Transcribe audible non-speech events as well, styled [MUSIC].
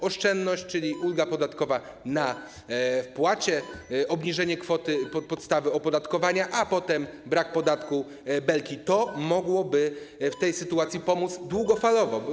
Oszczędność, czyli [NOISE] ulga podatkowa na wpłacie, obniżenie kwoty podstawy opodatkowania, a potem brak podatku Belki - to mogłoby w tej sytuacji pomóc długofalowo.